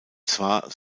zwar